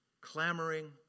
clamoring